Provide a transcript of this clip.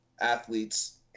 athletes